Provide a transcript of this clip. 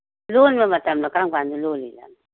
ꯂꯣꯟꯕ ꯃꯇꯝꯅ ꯀꯔꯝ ꯀꯥꯟꯗ ꯂꯣꯜꯂꯤ ꯖꯥꯠꯅꯣ